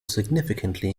significantly